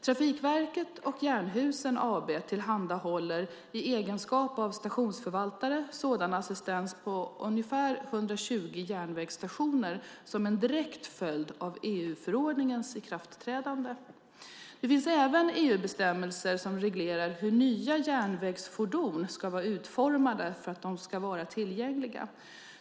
Trafikverket och Jernhusen AB tillhandahåller, i egenskap av stationsförvaltare, sådan assistans på ungefär 120 järnvägsstationer som en direkt följd av EU-förordningens ikraftträdande. Det finns även EU-bestämmelser som reglerar hur nya järnvägsfordon ska vara utformade för att de ska vara tillgängliga.